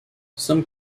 some